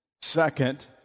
Second